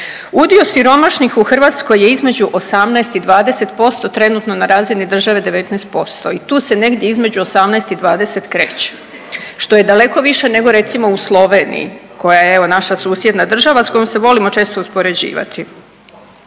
Udio siromašnih u Hrvatskoj je između 18 i 20% trenutno na razini države 19% i tu se negdje između 18 i 20 kreće što je daleko više nego recimo u Sloveniji koja je evo naša susjedna država sa kojom se volimo često uspoređivati.